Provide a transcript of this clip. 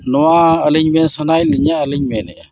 ᱱᱚᱣᱟ ᱟᱹᱞᱤᱧ ᱢᱮᱱ ᱥᱟᱱᱟᱭᱮᱫ ᱞᱤᱧᱟ ᱟᱹᱞᱤᱧ ᱢᱮᱱᱮᱫᱼᱟ